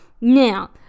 Now